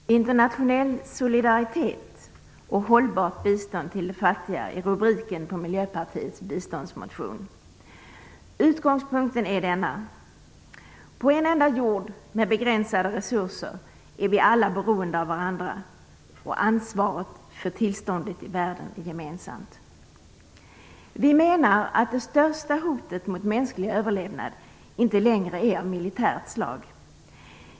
Herr talman! Internationell solidaritet och hållbart bistånd till de fattiga är rubriken på Miljöpartiets biståndsmotion. Utgångspunkten är denna: På en enda jord med begränsade resurser är vi alla beroende av varandra. Ansvaret för tillståndet i världen är gemensamt. Det största hotet mot mänsklig överlevnad är inte längre av militärt slag.